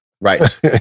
right